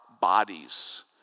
bodies